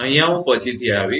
અહીંયા હું પછીથી આવીશ